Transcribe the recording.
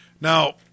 Now